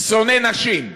שונא נשים,